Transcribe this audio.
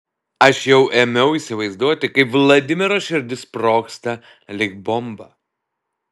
aš jau ėmiau įsivaizduoti kaip vladimiro širdis sprogsta lyg bomba